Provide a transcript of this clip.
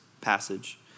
passage